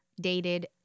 dated